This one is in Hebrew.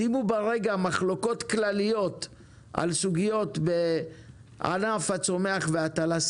שימו ברקע מחלוקות כלליות על סוגיות בענף הצומח וההטלה,